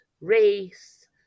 race